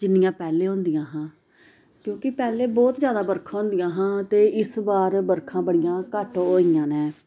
जिन्नियां पैह्लें हुंदियां हा क्योंकि पैहले बौह्त जैदा बरखां होंदियां हां ते इस बार बरखां बड़ियां घट्ट होइयां न